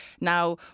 now